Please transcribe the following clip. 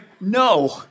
no